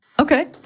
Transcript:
Okay